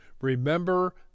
Remember